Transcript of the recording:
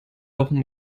wochen